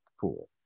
Cool